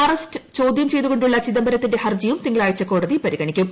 arrest ചോദ്യം ചെയ്തുകൊണ്ടുള്ള ചിദംബരത്തിന്റെ ഹർജിയും തിങ്കളാഴ്ച കോടതി പരിഗണിക്കും